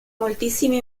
moltissimi